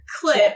clip